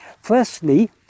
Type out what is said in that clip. Firstly